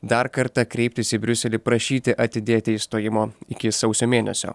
dar kartą kreiptis į briuselį prašyti atidėti išstojimo iki sausio mėnesio